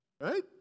right